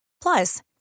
Plus